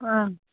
ಹಾಂ